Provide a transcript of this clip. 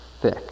thick